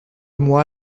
moi